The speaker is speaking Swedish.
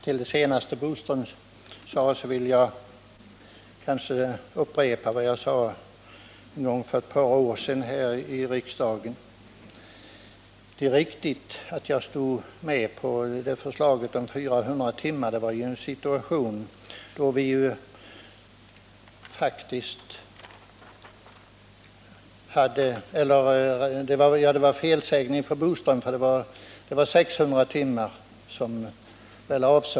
Herr talman! Det var väl en felsägning från Curt Boström — jag skulle tro att han menade 600 timmar.